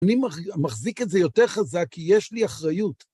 אני מחזיק את זה יותר חזק, כי יש לי אחריות.